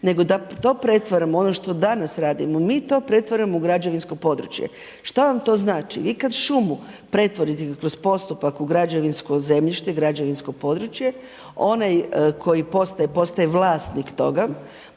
nego da to pretvaramo ono što danas radimo, mi to pretvaramo u građevinsko područje. Šta vam to znači? I kad šumu pretvorite kroz postupak u građevinsko zemljište, u građevinsko područje onaj koji postaje vlasnik toga